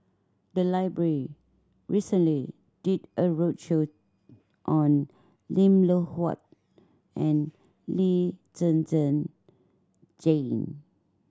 the library recently did a roadshow on Lim Loh Huat and Lee Zhen Zhen Jane